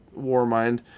Warmind